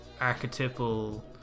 archetypal